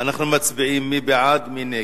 לסעיף 3 לא נתקבלה.